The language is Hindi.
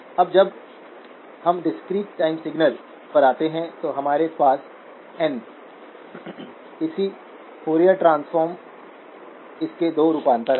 अब जब हम डिस्क्रीट टाइम सिग्नल्स पर आते हैं तो हमारे पास ऍन n इसी फॉरिएर ट्रांसफॉर्म इसके दो रूपांतर हैं